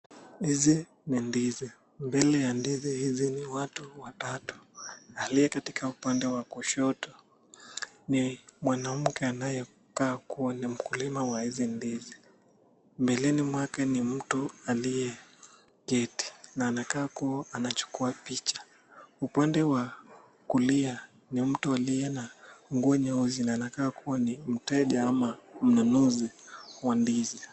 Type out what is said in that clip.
Hizi ni ndizi. Mbele ya ndizi hizi ni watu watatu. Aliye katika upande wa kushoto ni mwanamke anayekaa kuwa ni mkulima wa hizi ndizi. Mbeleni mwake ni mtu aliye keti na anakaa kuwa anachukua picha. Upande wa kulia ni mtu alliye na nguo nyeusi na anakaa kuwa ni mteja ama mnunuzi wa ndizi.